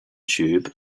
tube